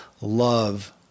Love